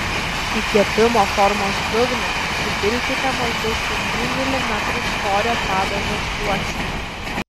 į kepimo formos dugną įpilkite maždaug penkių milimetrų storio padažo sluoksnį